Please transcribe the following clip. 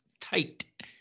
tight